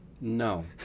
No